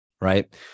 right